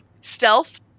Stealth